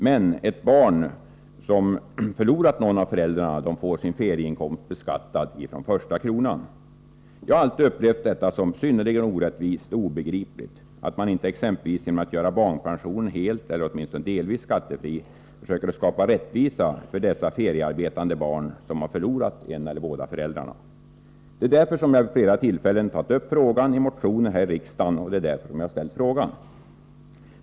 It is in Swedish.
Men ett barn som förlorat någon av föräldrarna får betala skatt på sin ferieinkomst från första kronan. Jag har alltid upplevt detta som synnerligen orättvist och obegripligt. Genom att exempelvis göra barnpensionen helt, eller åtminstone delvis, skattefri kunde man försöka skapa rättvisa för de feriearbetande barn som förlorat en eller båda föräldrarna. Det är därför som jag vid flera tillfällen tagit upp frågan i motioner, och det är därför som jag nu framställt min fråga.